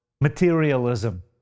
materialism